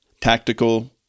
tactical